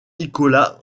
nicolas